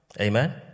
amen